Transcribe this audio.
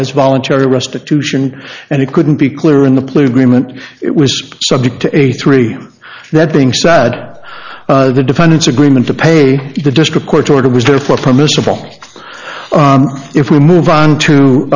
as voluntary restitution and it couldn't be clearer in the plea agreement it was subject to a three that being sad the defendant's agreement to pay the district court order was therefore permissible if we move on to